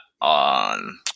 on